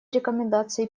рекомендации